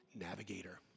navigator